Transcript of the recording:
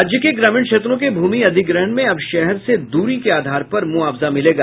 राज्य के ग्रामीण क्षेत्रों के भूमि अधिग्रहण में अब शहर से दूरी के आधार पर मुआवजा मिलेगा